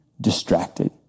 distracted